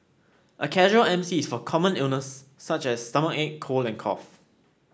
a casual M C is for common illness such as stomachache cold and cough